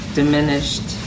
diminished